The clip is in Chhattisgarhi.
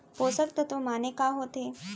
पोसक तत्व माने का होथे?